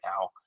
now